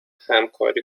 همکاری